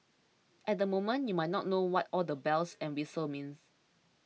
at the moment you might not know what all the bells and whistles mean